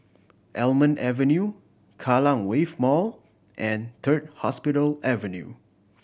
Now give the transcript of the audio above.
Almond Avenue Kallang Wave Mall and Third Hospital Avenue